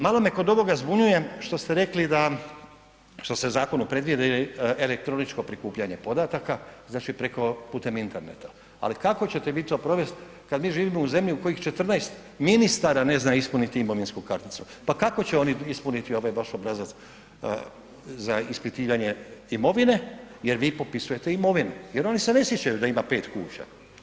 Malo me kod ovoga zbunjuje što ste u zakonu predvidjeli elektronično prikupljanje podataka znači putem interneta, ali kako ćete vi to provest kada mi živimo u zemlji u kojih 14 ministara ne zna ispuniti imovinsku karticu, pa kako će oni ispuniti ovaj vaš obrazac za ispitivanje imovine jer vi popisujete imovinu jer oni se ne sjećaju da ima pet kuća?